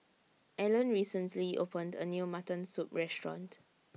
Alan recently opened A New Mutton Soup Restaurant